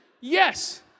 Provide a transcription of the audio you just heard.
yes